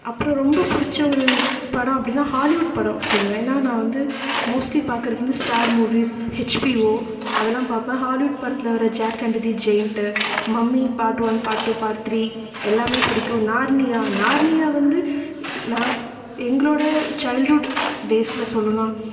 அப்றம் ரொம்ப பிடிச்ச ஒரு ஸ் படம் அப்படின்னா ஹாலிவுட் படம் சொல்லுவேன் ஏன்னால் நான் வந்து மோஸ்ட்லீ பார்க்குறது வந்து ஸ்டார் மூவிஸ் ஹெச்பிஓ அதெல்லாம் பார்ப்பேன் ஹாலிவுட் படத்தில் வர Jack and the giant Mummy part one part two part three எல்லாமே பிடிக்கும் நார்னியா நார்னியா வந்து நான் எங்களோடய சைல்ட்ஹூட் டேஸில் சொல்லலாம்